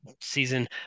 season